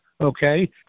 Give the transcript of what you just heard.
okay